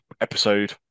episode